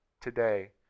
today